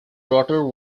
rotor